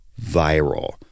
viral